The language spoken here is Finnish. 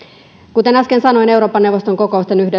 kuten äsken sanoin euroopan neuvoston kokousten